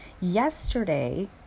yesterday